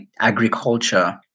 agriculture